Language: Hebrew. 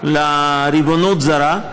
לריבונות זרה.